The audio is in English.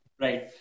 Right